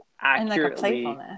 accurately